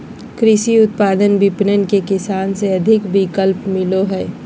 कृषि उत्पाद विपणन से किसान के अधिक विकल्प मिलो हइ